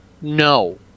No